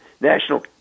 National